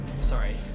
Sorry